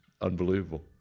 unbelievable